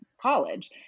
college